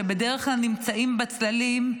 שבדרך כלל נמצאים בצללים,